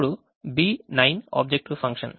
ఇప్పుడు B9 objective function